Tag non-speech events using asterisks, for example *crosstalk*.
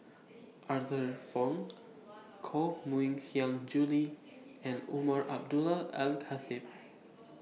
*noise* Arthur Fong Koh Mui Hiang Julie and Umar Abdullah Al Khatib